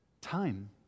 Time